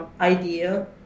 idea